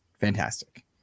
fantastic